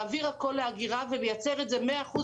להעביר הכל לאגירה ולייצר את החשמל ב-100 אחוזים